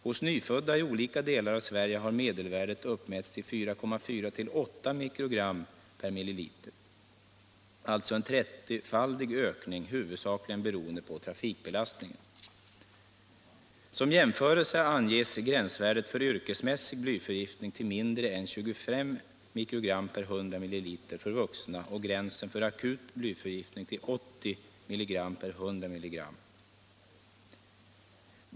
Hos nyfödda i olika delar av Sverige har medelvärdet uppmätts till 4,4-8 mikrogram 100 ml för vuxna och gränsen för akut blyförgiftning till 80 mikrogram/100 ml.